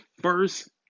first